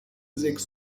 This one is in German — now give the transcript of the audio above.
sechs